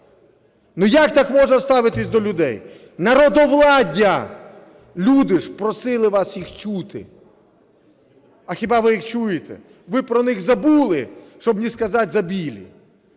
Ну як так можна ставитися до людей? Народовладдя, люди ж просили вас їх чути. А хіба ви їх чуєте? Ви про них забули, щоб не сказати "забили".